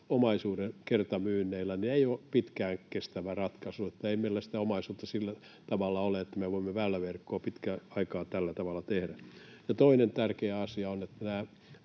omaisuuden kertamyynneillä ei ole pitkään kestävä ratkaisu. Ei meillä sitä omaisuutta sillä tavalla ole, että me voimme väyläverkkoa pitkän aikaa tällä tavalla tehdä. Toinen tärkeä asia on, että